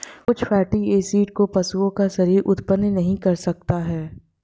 कुछ fatty acid को पशुओं का शरीर उत्पन्न नहीं कर सकता है